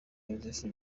yozefu